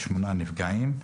נפגעים.